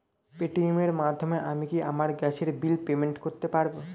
Paytm এর মাধ্যমে আমি কি আমার গ্যাসের বিল পেমেন্ট করতে পারব?